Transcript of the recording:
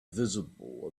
visible